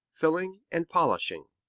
filing and polishing.